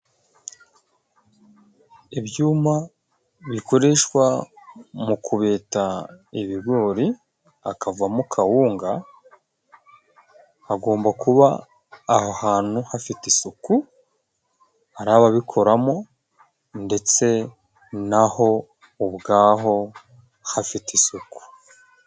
Ibyuma bikoreshwa mu kubeta ibigori hakavamo kawunga, hagomba kuba aho hantu hafite isuku, ari ababikoramo ndetse na ho ubwaho hafite isuku.